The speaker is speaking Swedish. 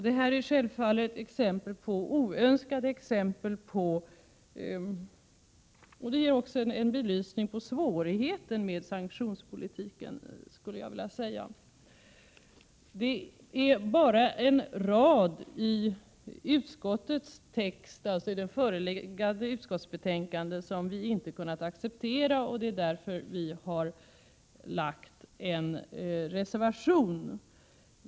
Detta är exempel på oönskade effekter av sanktionspolitiken och det belyser också svårigheterna med denna. Det är bara en rad i utskottets text i det föreliggande betänkandet som vi inte kunnat acceptera, och det är därför vi har reserverat oss.